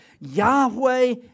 Yahweh